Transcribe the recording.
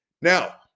Now